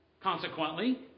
Consequently